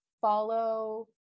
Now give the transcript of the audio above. follow